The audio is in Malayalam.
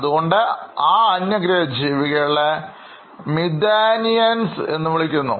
അതുകൊണ്ട് അന്യഗ്രഹ ജീവികളെ Methanians എന്നു വിളിക്കുന്നു